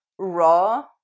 raw